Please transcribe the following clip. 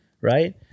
Right